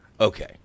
Okay